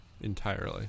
entirely